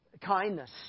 kindness